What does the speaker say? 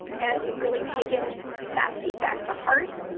and we've really taken that feedback to heart.